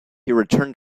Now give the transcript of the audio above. returned